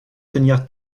tenir